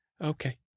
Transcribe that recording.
Okay